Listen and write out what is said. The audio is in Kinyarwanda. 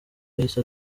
yahise